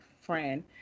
friend